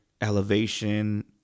Elevation